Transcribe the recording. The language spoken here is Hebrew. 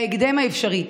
בהקדם האפשרי,